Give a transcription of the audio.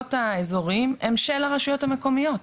האשכולות האזוריים הם של הרשויות המקומיות,